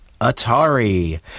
Atari